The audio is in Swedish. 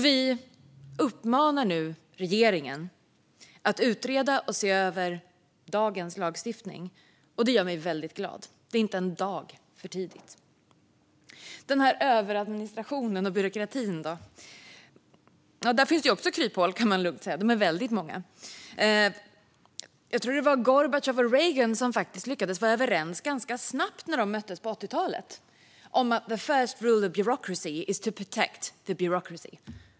Vi uppmanar nu regeringen att utreda och se över dagens lagstiftning. Det gör mig väldigt glad. Det är inte en dag för tidigt. Hur är det då med överadministrationen och byråkratin? Där finns det också kryphål, kan man lugnt säga. De är väldigt många. Jag tror att det var Gorbatjov och Reagan som lyckades vara överens ganska snabbt när de möttes på 80-talet om att the first rule of bureaucracy is to protect the bureaucracy.